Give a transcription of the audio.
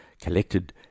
collected